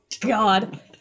God